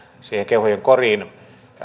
siihen kehujen koriin